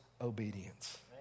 obedience